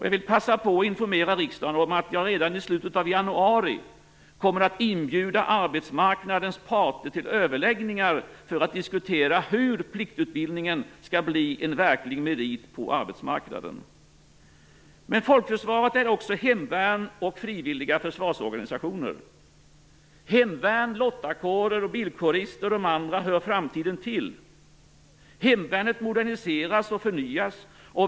Jag vill passa på att informera riksdagen om att jag redan i slutet av januari kommer att inbjuda arbetsmarknadens parter till överläggningar för att diskutera hur pliktutbildningen skall bli en verklig merit på arbetsmarknaden. Men folkförsvaret är också hemvärn och frivilliga försvarsorganisationer. Hemvärn, lottakårer, bilkårister och de andra hör framtiden till. Hemvärnet moderniseras och förnyas.